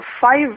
five